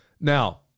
Now